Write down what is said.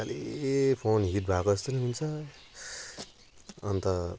खाली phone hit भएको जस्तो नि हुन्छ अनि त